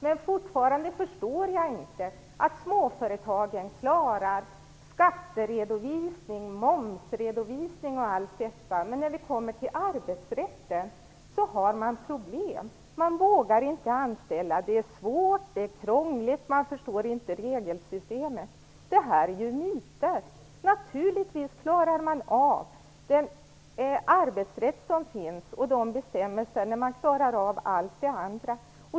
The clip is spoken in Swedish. Men jag förstår fortfarande inte att småföretagen klarar skatteredovisning, momsredovisning och allt detta, men när vi kommer till arbetsrätten har de problem. Man vågar inte anställa. Det är svårt. Det är krångligt. Man förstår inte regelsystemet. Detta är ju myter. Naturligtvis klarar man av den arbetsrätt och de bestämmelser som finns när man klarar av allt det andra.